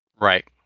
right